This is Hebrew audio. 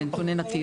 זה נתוני נתיב.